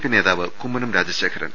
P നേതാവ് കുമ്മനം രാജശേഖരൻ